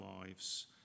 lives